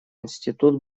институт